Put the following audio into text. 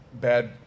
bad